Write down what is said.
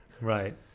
Right